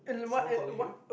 someone calling you